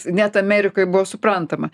net amerikoj buvo suprantama